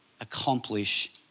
accomplish